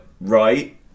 Right